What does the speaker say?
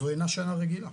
זו אינה שאלה רגילה.